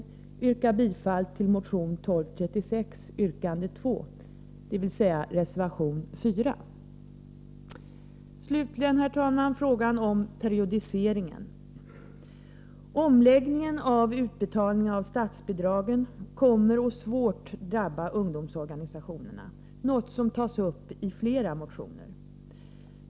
Alltså bifall till reservation 4, vilket innebär bifall till motion 1236, yrkande 2! Slutligen, herr talman, frågan om periodiseringen. Omläggningen av utbetalningen av statsbidragen kommer att svårt drabba ungdomsorganisationerna, något som tas upp i flera motioner.